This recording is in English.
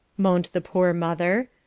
moaned the poor mother.